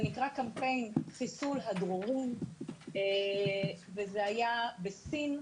זה נקרא קמפיין חיסול הדרורים וזה היה בסין,